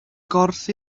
gorff